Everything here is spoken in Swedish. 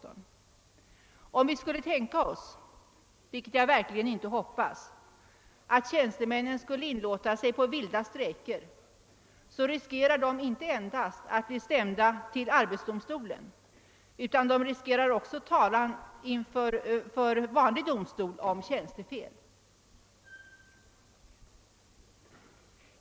Om tjänstemännen dessutom, vilket jag verkligen inte hoppas skall ske, skulle inlåta sig på vilda strejker, skulle de inte endast riskera att bli stämda till arbetsdomstolen utan också riskera talan inför vanlig domstol för tjänstefel.